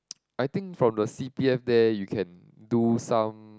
I think from the c_p_f there you can do some